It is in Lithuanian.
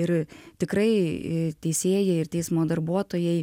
ir tikrai teisėjai ir teismo darbuotojai